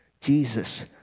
Jesus